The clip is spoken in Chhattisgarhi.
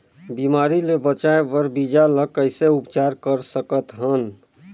बिमारी ले बचाय बर बीजा ल कइसे उपचार कर सकत हन?